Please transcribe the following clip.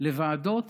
לוועדות